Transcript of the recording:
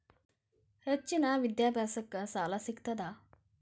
ಹೆಚ್ಚಿನ ವಿದ್ಯಾಭ್ಯಾಸಕ್ಕ ಸಾಲಾ ಸಿಗ್ತದಾ?